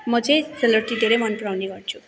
म चाहिँ सेलरोटी धेरै मन पराउने गर्छु